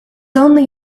only